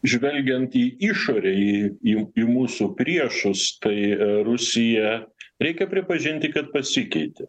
žvelgiant į išorę į jų į mūsų priešus tai rusija reikia pripažinti kad pasikeitė